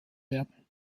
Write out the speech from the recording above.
werden